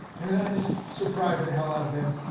and then i just surprised the hell out of him.